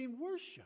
worship